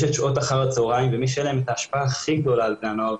את שעות אחר הצוהריים ומי שאין להם את ההשפעה הכי גדולה על בני הנוער,